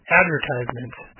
advertisements